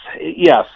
yes